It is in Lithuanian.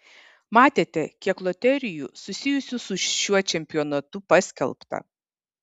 matėte kiek loterijų susijusių su šiuo čempionatu paskelbta